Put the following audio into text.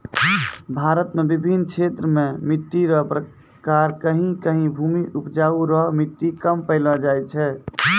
भारत मे बिभिन्न क्षेत्र मे मट्टी रो प्रकार कहीं कहीं भूमि उपजाउ रो मट्टी कम पैलो जाय छै